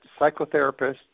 psychotherapists